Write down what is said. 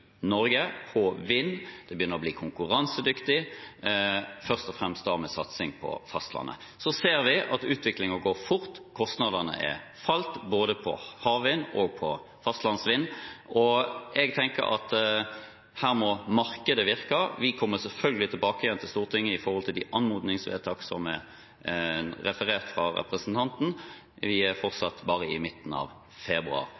Norge på vind, det begynner å bli konkurransedyktig, først og fremst med satsing på fastlandet. Så ser vi at utviklingen går fort, kostnadene har falt med hensyn til både havvind og fastlandsvind, og jeg tenker at her må markedet virke. Vi kommer selvfølgelig tilbake til Stortinget når det gjelder de anmodningsvedtak som representanten refererte til. Vi er fortsatt bare i midten av februar